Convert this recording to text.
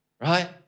Right